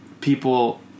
people